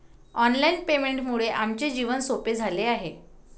online पेमेंटमुळे आमचे जीवन सोपे झाले आहे